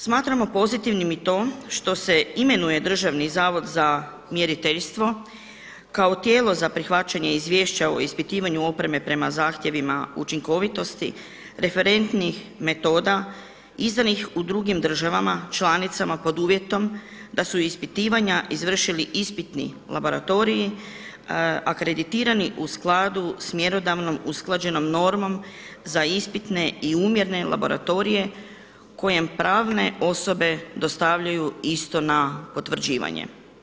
Smatramo pozitivnim i to što se imenuje Državni zavod za mjeriteljstvo kao tijelo za prihvaćanje izvješća o ispitivanju opreme prema zahtjevima učinkovitosti, referentnih metoda izdanih u drugim državama članicama pod uvjetom da su ispitivanja izvršili ispitni laboratoriji akreditirani u skladu sa mjerodavnom usklađenom normom za ispitne i umjerne laboratorije kojem pravne osobe dostavljaju isto na potvrđivanje.